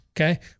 okay